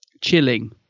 chilling